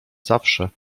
zawsze